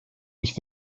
ich